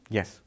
Yes